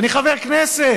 אני חבר כנסת.